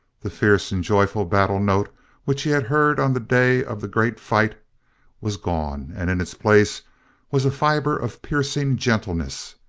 the fierce and joyous battle-note which he had heard on the day of the great fight was gone and in its place was a fiber of piercing gentleness.